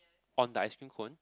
on the ice cream cone